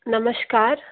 नमस्कार